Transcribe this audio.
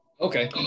Okay